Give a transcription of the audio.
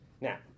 Now